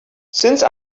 since